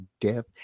death